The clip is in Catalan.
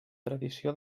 tradició